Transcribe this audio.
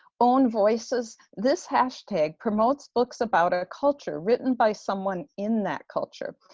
own voices this hashtag promotes books about a culture, written by someone in that culture.